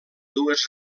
dues